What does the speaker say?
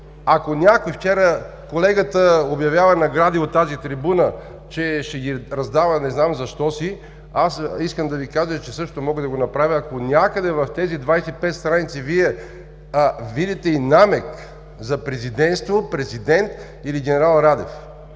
тук вчера, вчера колегата обявява награди от тази трибуна, че ще ги раздава не знам защо си, аз искам да Ви кажа, че същото мога да го направя, ако някъде в тези 25 страници Вие видите и намек за президентство, президент или генерал Радев.